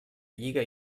lliga